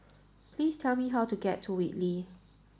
please tell me how to get to Whitley